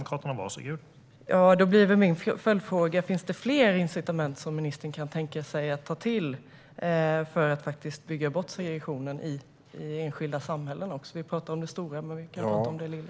Herr talman! Min följdfråga är: Finns det fler incitament som ministern kan tänka sig att ta till för att bygga bort segregationen även i enskilda samhällen? Vi talar om det stora, men om vi även talar om det lilla.